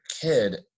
kid